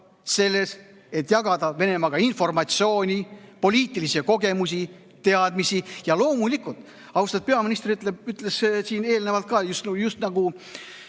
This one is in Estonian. selles, et jagada Venemaaga informatsiooni, poliitilisi kogemusi, teadmisi. Ja loomulikult, austatud peaminister ütles siin eelnevalt ka, just nagu